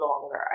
longer